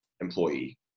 employee